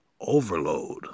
overload